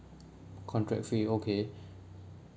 contract fee okay